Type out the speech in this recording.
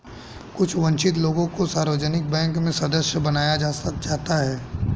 कुछ वन्चित लोगों को सार्वजनिक बैंक में सदस्य बनाया जाता है